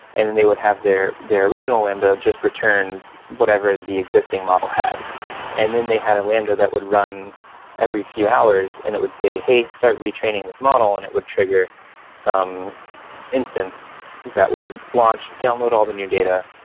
and then they would have their their original lambda just return whatever the existing model had and then they had a lambda that would run every few hours and it would say, hey, start retraining this model, and it would trigger some instance that would launch, download all the new data,